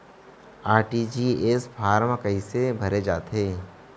RTGS form कइसे भरे जाथे?